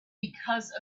because